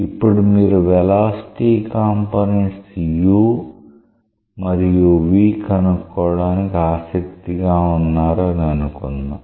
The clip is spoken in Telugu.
ఇప్పుడు మీరు వెలాసిటీ కాంపోనెంట్స్ u మరియు v కనుక్కోవడానికి ఆసక్తిగా ఉన్నారు అని అనుకుందాం